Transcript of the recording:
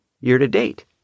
year-to-date